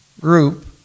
group